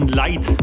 light